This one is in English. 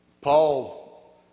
Paul